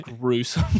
gruesome